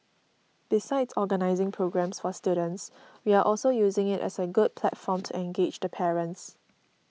besides organising programmes for students we are also using it as a good platform to engage the parents